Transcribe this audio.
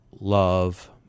love